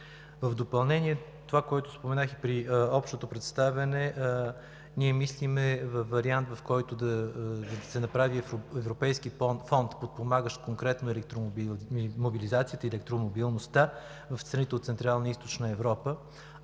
В допълнение на това, което споменах и при общото представяне, мислим във вариант, в който да се направи Европейски фонд, подпомагащ конкретно електромобилизацията и електромобилността в страните от Централна и Източна Европа.